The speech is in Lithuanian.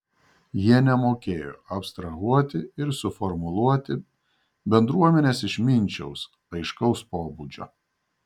jie nemokėjo abstrahuoti ir suformuluoti bendruomenės išminčiaus aiškaus pobūdžio